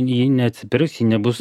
ji neatsipirks ji nebus